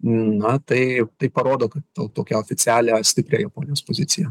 na tai tai parodo kad gal tokią oficialią stiprią japonijos poziciją